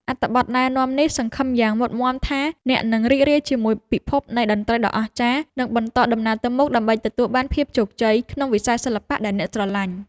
អត្ថបទណែនាំនេះសង្ឃឹមយ៉ាងមុតមាំថាអ្នកនឹងរីករាយជាមួយពិភពនៃតន្ត្រីដ៏អស្ចារ្យ និង បន្តដំណើរទៅមុខដើម្បីទទួលបានភាពជោគជ័យក្នុងវិស័យសិល្បៈដែលអ្នកស្រឡាញ់។